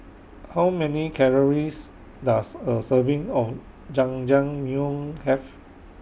How Many Calories Does A Serving of Jajangmyeon Have